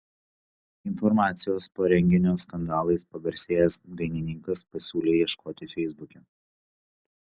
informacijos po renginio skandalais pagarsėjęs dainininkas pasiūlė ieškoti feisbuke